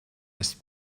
ist